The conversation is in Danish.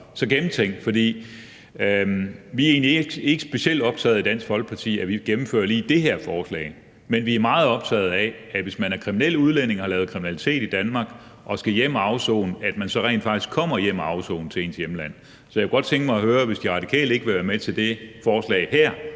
jo egentlig ikke specielt optaget af at ville gennemføre lige det her forslag, men vi er meget optaget af, at man, hvis man er kriminel udlænding og har lavet kriminalitet i Danmark og skal hjem at afsone, så rent faktisk kommer hjem til ens hjemland og afsoner. Så jeg kunne godt tænke mig at høre: Hvis De Radikale ikke vil være med til det forslag her